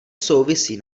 souvisí